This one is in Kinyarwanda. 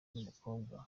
n’umukobwa